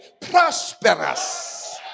prosperous